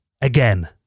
again